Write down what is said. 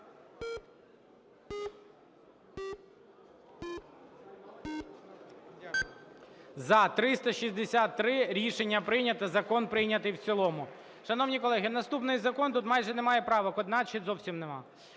За – 363 Рішення прийнято. Закон прийнятий в цілому. Шановні колеги, наступний закон, тут майже немає правок, одна чи зовсім немає.